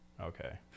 okay